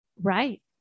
Right